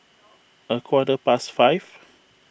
a quarter past five